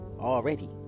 already